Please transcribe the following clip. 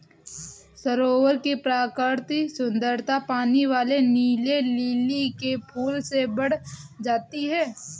सरोवर की प्राकृतिक सुंदरता पानी वाले नीले लिली के फूल से बढ़ जाती है